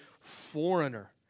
foreigner